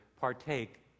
partake